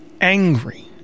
angry